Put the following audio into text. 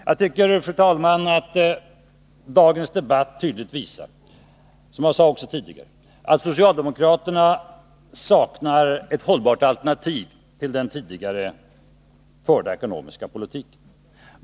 Jag tycker, fru talman, att dagens debatt tydligt visar — som jag sade också tidigare — att socialdemokraterna saknar hållbara alternativ till den tidigare förda ekonomiska politiken.